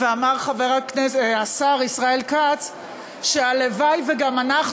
ואמר השר ישראל כץ שהלוואי שגם אנחנו,